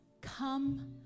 come